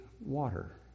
water